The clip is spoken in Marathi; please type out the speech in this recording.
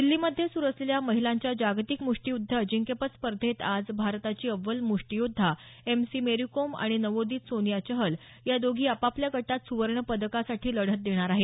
दिल्लीमध्ये सुरू असलेल्या महिलांच्या जागतिक मुष्टियुद्ध अजिंक्यपद स्पर्धेत आज भारताची अव्वल मुष्टीयोद्धा एम सी मेरीकोम आणि नवोदित सोनिया चहल या दोघी आपापल्या गटात सुवर्ण पदकासाठी लढत देणार आहेत